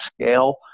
scale